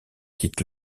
quitte